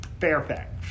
Fairfax